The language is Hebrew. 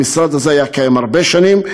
המשרד הזה היה קיים הרבה שנים,